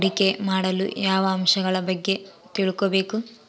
ಹೂಡಿಕೆ ಮಾಡಲು ಯಾವ ಅಂಶಗಳ ಬಗ್ಗೆ ತಿಳ್ಕೊಬೇಕು?